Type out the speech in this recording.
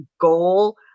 goal